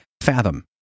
fathom